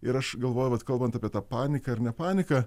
ir aš galvoju vat kalbant apie tą paniką ir nepaniką